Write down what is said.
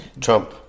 Trump